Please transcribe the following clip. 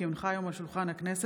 כי הונחה היום על שולחן הכנסת,